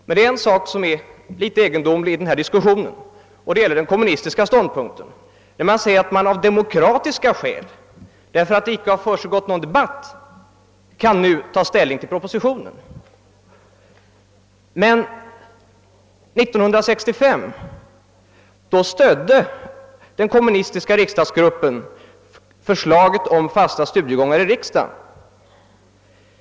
Men en sak är egendomlig i denna diskussion, och det är den kommunistiska ståndpunkten att man av demokratiska skäl — därför att det icke försiggått någon debatt — nu inte kan ta ställning till propositionen. Men år 1965 stödde den kommunistiska riksdagsgruppen förslaget om fasta studiegångar.